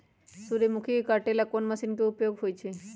सूर्यमुखी के काटे ला कोंन मशीन के उपयोग होई छइ?